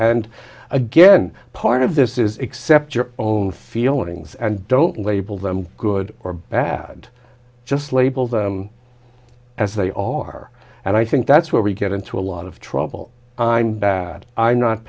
and again part of this is accept your own feelings and don't label them good or bad just label them as they are and i think that's where we get into a lot of trouble i'm bad i'm not